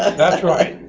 and that's right,